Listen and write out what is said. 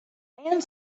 and